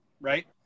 right